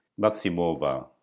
Maximova